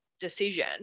decision